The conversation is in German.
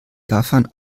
gaffern